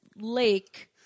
lake